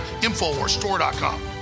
InfoWarsStore.com